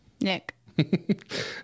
Nick